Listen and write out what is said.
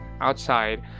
outside